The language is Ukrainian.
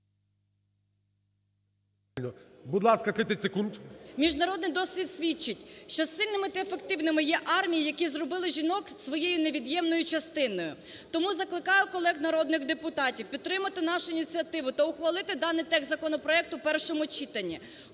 Міжнародний досвід свідчить, що сильними та ефективними є армії, які зробили жінок своєю невід'ємною частиною. Тому закликаю колег народних депутатів підтримати нашу ініціативу та ухвалити даний текст законопроекту в першому читанні.